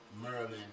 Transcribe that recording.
Merlin